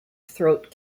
throat